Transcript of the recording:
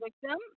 victim